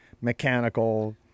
mechanical